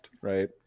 right